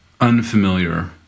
unfamiliar